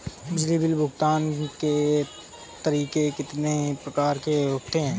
बिजली बिल भुगतान के तरीके कितनी प्रकार के होते हैं?